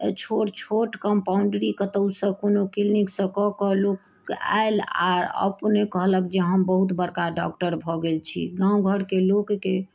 छोट छोट कम्पाउण्डरी कतौसँ कोनो क्लिनिकसँ कऽ कऽ लोक जे से आयल आओर अपने कहलक जे हम बहुत बड़का डॉक्टर भऽ गेल छी गाँव घरके लोकके